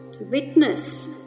Witness